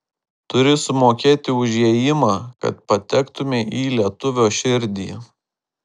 turi sumokėti už įėjimą kad patektumei į lietuvio širdį